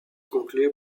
concluait